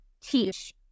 teach